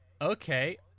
Okay